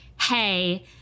hey